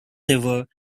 river